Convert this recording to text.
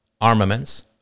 armaments